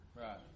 Right